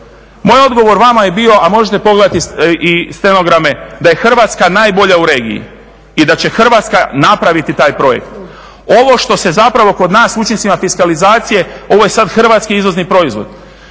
Moj odgovor vama je bio a možete pogledati i stenograme da je Hrvatska najbolja u regiji i da će Hrvatska napraviti taj projekt. Ovo što se zapravo kod nas s učincima fiskalizacije ovo je sad hrvatski izvozni proizvod.